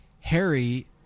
Harry